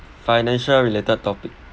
financial related topic